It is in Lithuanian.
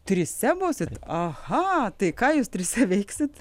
trise būsit aha tai ką jūs trise veiksit